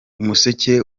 umuseke